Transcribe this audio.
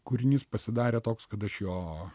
kūrinys pasidarė toks kad aš jo